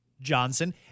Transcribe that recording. Johnson